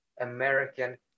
American